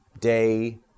day